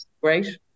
great